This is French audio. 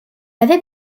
avait